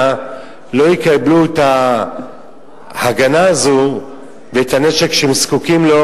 לא יקבלו את ההגנה הזאת ואת הנשק שהם זקוקים לו,